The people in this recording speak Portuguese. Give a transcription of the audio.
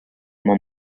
uma